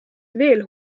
veel